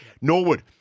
Norwood